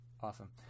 awesome